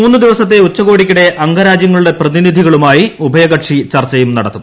മൂന്നു ദിവസത്തെ ഉച്ചകോടിക്കിടെ അംഗരാജ്യങ്ങുടെ പ്രതിനിധികളുമായി ഉഭയകക്ഷി ചർച്ച നടത്തും